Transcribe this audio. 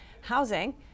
housing